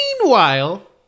Meanwhile